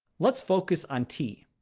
let's focus on t.